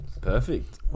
Perfect